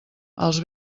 els